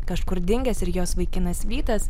kažkur dingęs ir jos vaikinas vytas